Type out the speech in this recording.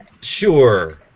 Sure